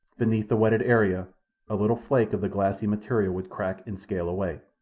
beneath the wetted area a little flake of the glassy material would crack and scale away.